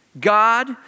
God